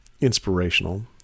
inspirational